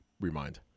remind